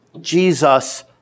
Jesus